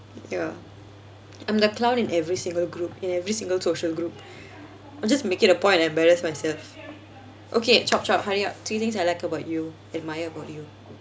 ya I'm the clown in every single group in every single social group I'll just make it a point and embarrass myself okay chop chop hurry up three thing I like about you admire about you